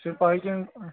ژےٚ چھےٚ پےَ کِنہٕ